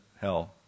hell